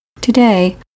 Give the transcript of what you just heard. Today